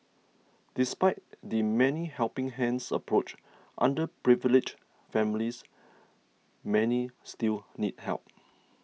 despite the many helping hands' approach underprivileged families many still need help